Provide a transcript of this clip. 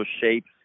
shapes